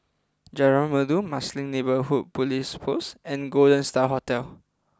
Jalan Merdu Marsiling Neighbourhood Police Post and Golden Star Hotel